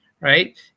right